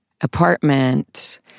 apartment